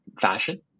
fashion